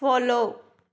follow